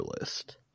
list